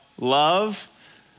love